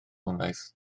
wnaeth